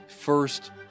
first